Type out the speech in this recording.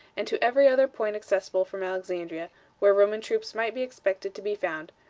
and to every other point accessible from alexandria where roman troops might be expected to be found,